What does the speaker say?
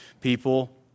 people